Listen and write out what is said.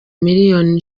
miliyoni